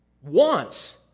wants